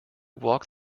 walk